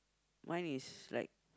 mine is like